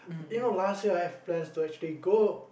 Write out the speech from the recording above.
you know last I have plans to actually go